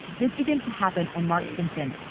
this begins to happen when mark simpson,